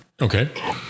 Okay